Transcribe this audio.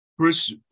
Chris